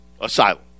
asylum